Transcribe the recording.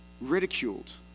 ridiculed